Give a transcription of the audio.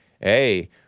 hey